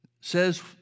says